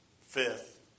Fifth